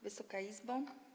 Wysoka Izbo!